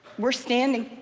we're standing,